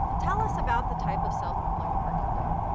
tell us about the type of self-employment work you do.